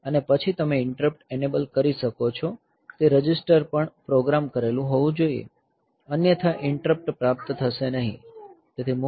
અને પછી તમે ઈન્ટરપ્ટ એનેબલ કરી શકો છો તે રજીસ્ટર પણ પ્રોગ્રામ કરેલ હોવું જોઈએ અન્યથા ઈન્ટરપ્ટ પ્રાપ્ત થશે નહીં